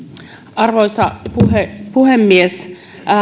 arvoisa puhemies